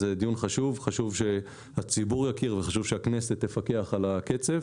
זה דיון חשוב וחשוב שהציבור יכיר וחשוב שהכנסת תפקח על הקצב.